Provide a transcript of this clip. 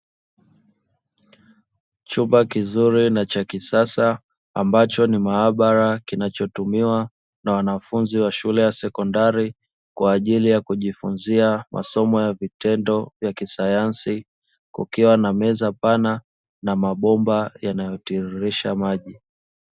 Chumba kizuri na cha kisasa ambacho ni maabara kinachotumiwa na wanafunzi wa shule ya sekondari kwa ajili ya kujifunza masomo ya vitendo vya kisayansi, kukiwa na meza pana na mabomba yanayotiririsha maji.